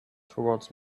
towards